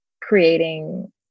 creating